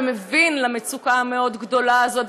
ומבין את המצוקה המאוד-גדולה הזאת.